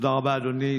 תודה רבה, אדוני.